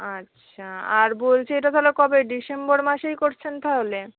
আচ্ছা আর বলছি এটা তাহলে কবে ডিসেম্বর মাসেই করছেন তাহলে